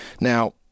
Now